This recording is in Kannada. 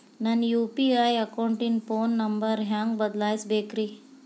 ನನ್ನ ಯು.ಪಿ.ಐ ಅಕೌಂಟಿನ ಫೋನ್ ನಂಬರ್ ಹೆಂಗ್ ಬದಲಾಯಿಸ ಬೇಕ್ರಿ?